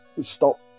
stop